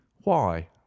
Why